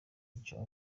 ico